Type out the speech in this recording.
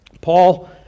Paul